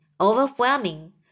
overwhelming